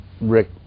Rick